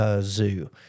Zoo